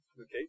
Okay